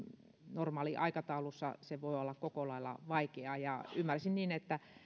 normaaliaikataulussa voi olla koko lailla vaikeaa ymmärsin niin että